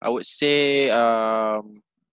I would say um